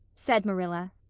said marilla.